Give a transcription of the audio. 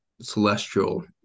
celestial